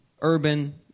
urban